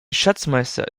schatzmeister